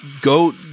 go